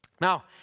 Now